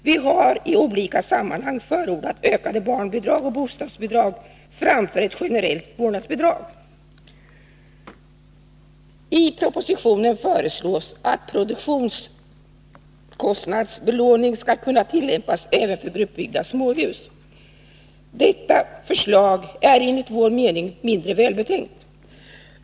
Vi har i olika sammanhang förordat ökade barnbidrag och bostadsbidrag framför ett generellt vårdnadsbidrag. I propositionen föreslås att produktionskostnadsbelåning skall kunna tillämpas även för gruppbyggda småhus. Detta förslag är enligt min mening mindre välbetänkt.